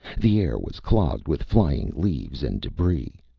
the air was clogged with flying leaves and debris.